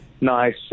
nice